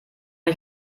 ich